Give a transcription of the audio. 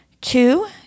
Two